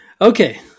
okay